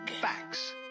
facts